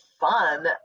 fun